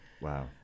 Wow